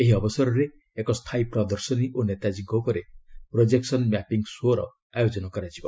ଏହି ଅବସରରେ ଏକ ସ୍ଥାୟୀ ପ୍ରଦର୍ଶନୀ ଓ ନେତାଜୀଙ୍କ ଉପରେ ପ୍ରୋଜେକ୍ସନ୍ ମ୍ୟାପିଙ୍ଗ୍ ଶୋ'ର ଆୟୋଜନ କରାଯିବ